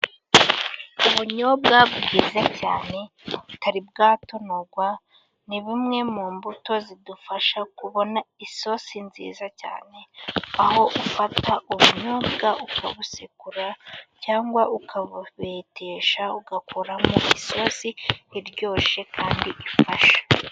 Ubunyobwa bwiza cyane, butari bwatonorwa ni bumwe mu mbuto zidufasha kubona isosi nziza cyane, aho ufata ubunyobwa ukabusekura cyangwa ukabubetesha, ugakuramo isosi iryoshye kandi ifashe.